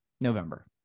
November